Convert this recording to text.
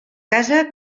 casa